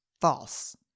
False